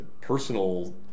personal